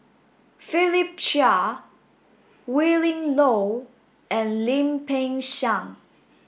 Philip Chia Willin Low and Lim Peng Siang